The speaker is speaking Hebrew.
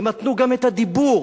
ימתנו גם את הדיבור.